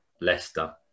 Leicester